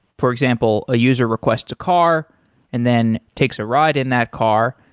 for example, a user request a car and then takes a ride in that car.